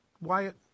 Wyatt